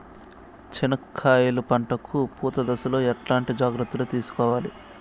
చెనక్కాయలు పంట కు పూత దశలో ఎట్లాంటి జాగ్రత్తలు తీసుకోవాలి?